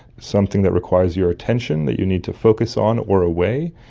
something that requires your attention that you need to focus on or away,